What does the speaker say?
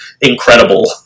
incredible